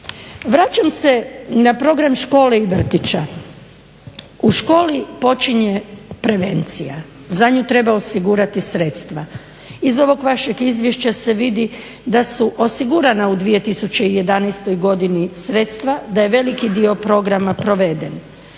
Vraćam se na program škole i vrtića, u školi počinje prevencija, za nju treba osigurati sredstva. Iz ovog vašeg izvješća se vidi da su osigurana u 2011. godini sredstva, da je veliki dio programa proveden.